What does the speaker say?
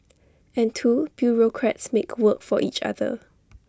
and two bureaucrats make work for each other